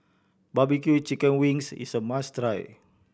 barbecue chicken wings is a must try